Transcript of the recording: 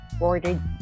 ordered